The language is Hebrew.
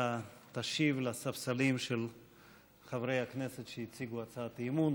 אתה תשיב לספסלים של חברי הכנסת שהציגו הצעת אי-אמון.